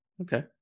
Okay